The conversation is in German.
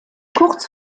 kurz